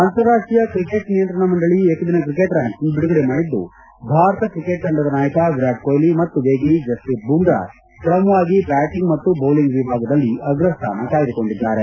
ಅಂತಾರಾಷ್ಟೀಯ ಕ್ರಿಕೆಟ್ ನಿಯಂತ್ರಣ ಮಂಡಳಿ ಏಕದಿನ ಕ್ರಿಕೆಟ್ ರ್ಕಾಂಕಿಂಗ್ ಬಿಡುಗಡೆ ಮಾಡಿದ್ದು ಭಾರತ ಕ್ರಿಕೆಟ್ ತಂಡದ ನಾಯಕ ವಿರಾಟ್ ಕೊಹ್ಲಿ ಮತ್ತು ವೇಗಿ ಜಸ್ವೀತ್ ಬುಮ್ರಾ ಕ್ರಮವಾಗಿ ಬ್ಯಾಂಟಿಂಗ್ ಮತ್ತು ಬೌಲಿಂಗ್ ವಿಭಾಗದಲ್ಲಿ ಅಗ್ರಸ್ಥಾನ ಕಾಯ್ದುಕೊಂಡಿದ್ದಾರೆ